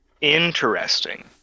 Interesting